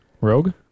Rogue